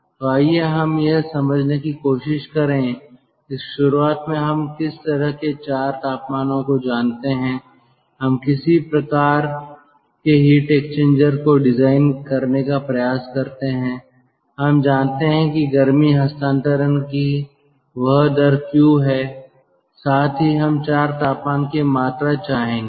तो आइए हम यह समझने की कोशिश करें कि शुरुआत में हम किस तरह के 4 तापमानों को जानते हैं हम किसी प्रकार के हीट एक्सचेंजर को डिजाइन करने का प्रयास करते हैं हम जानते हैं कि गर्मी हस्तांतरण की वह दर Q है साथ ही हम 4 तापमान की मात्रा चाहेंगे